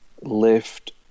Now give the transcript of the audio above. left